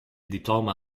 diploma